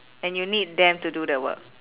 and you need them to do the work